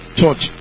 church